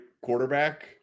quarterback